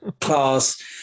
class